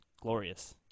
glorious